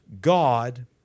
God